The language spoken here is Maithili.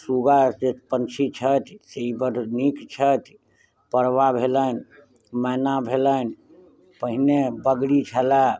सूगा एक पंछी छथि ई बड्ड नीक छथि पड़बा भेलनि मैना भेलनि पहिने बगड़ी छलए